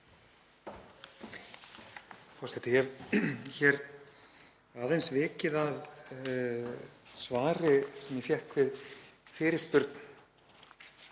Ég hef hér aðeins vikið að svari sem ég fékk við fyrirspurn